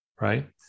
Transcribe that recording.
Right